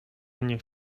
niech